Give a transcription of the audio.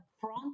front